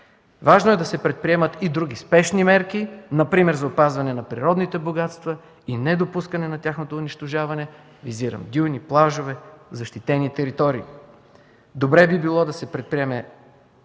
Важно е да се предприемат и други спешни мерки, например за опазване на природните богатства и недопускане на тяхното унищожаване, визирам дюни, плажове и защитени територии. Добре би било да се приеме